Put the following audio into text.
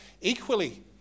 equally